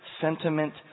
sentiment